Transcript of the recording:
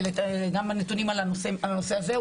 גם הנתונים על הנושא הזה.